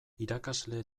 irakasle